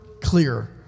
clear